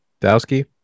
Dowski